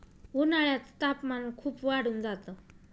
उन्हाळ्यात तापमान खूप वाढून जात